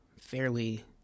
fairly